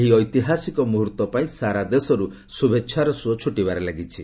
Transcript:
ଏହି ଐତିହାସିକ ମୁହର୍ତ୍ତ ପାଇଁ ସାରା ଦେଶରୁ ଶୁଭେଚ୍ଛାର ସ୍ରଅ ଛଟିବାରେ ଲାଗିଛି